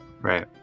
Right